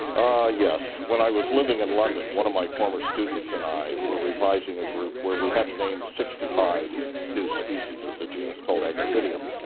ah yes. when i was living in london one of my former students and i were revising a group where we had to name sixty five new species, it's a genus called agathidium,